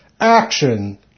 action